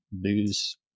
lose